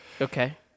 Okay